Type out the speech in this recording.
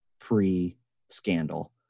pre-scandal